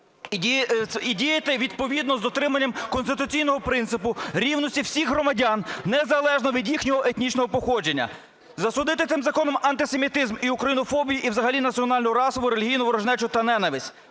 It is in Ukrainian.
і діяти відповідно з дотриманням конституційного принципу рівності всіх громадян, незалежно від їхнього етнічного походження. Засудити цим законом антисемітизм і українофобію, і взагалі національну, расову, релігійну ворожнечу та ненависть.